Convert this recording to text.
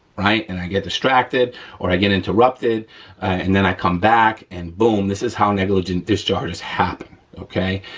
right, and i get distracted or i get interrupted and then i come back and, boom, this is how negligent discharges happen, okay?